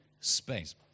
space